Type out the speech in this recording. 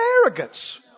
arrogance